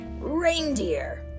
reindeer